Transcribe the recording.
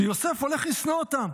שיוסף הולך לשנוא אותם?